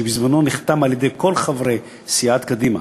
שבזמנו נחתם על-ידי כל חברי סיעת קדימה,